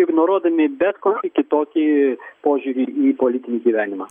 ignoruodami bet kokį kitokį požiūrį į politinį gyvenimą